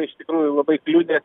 iš tikrųjų labai kliudė